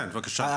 כן בבקשה.